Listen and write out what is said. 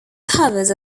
covers